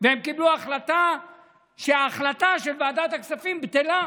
הם קיבלו החלטה שההחלטה של ועדת הכספים בטלה.